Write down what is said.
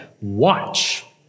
watch